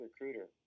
recruiter